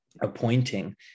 appointing